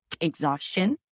exhaustion